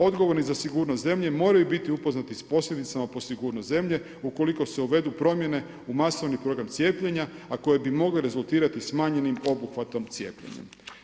Odgovorni za sigurnost zemlje moraju biti upoznati sa posljedicama po sigurnost zemlje u koliko se uvedu promjene u masovni program cijepljenja, a koje bi mogli rezultirati smanjenim obuhvatom cijepljenja.